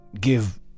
give